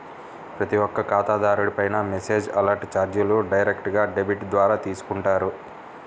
ప్రతి ఒక్క ఖాతాదారుడిపైనా మెసేజ్ అలర్ట్ చార్జీలు డైరెక్ట్ డెబిట్ ద్వారా తీసుకుంటారు